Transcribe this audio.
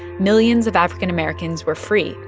millions of african-americans were free,